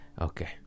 Okay